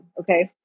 okay